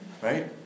Right